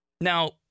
Now